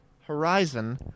horizon